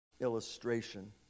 illustration